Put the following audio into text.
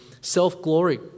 Self-glory